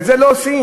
את זה לא עושים.